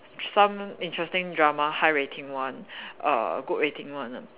some interesting drama high rating one err good rating one ah